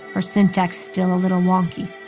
her syntax still a little wonky.